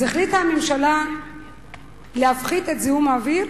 אז החליטה הממשלה להפחית את זיהום האוויר?